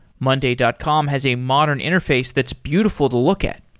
monday dot com has a modern interface that's beautiful to look at.